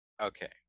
Okay